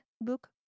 book